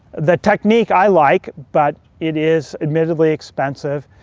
the technique i like, but it is admittedly expensive,